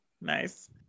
Nice